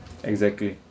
exactly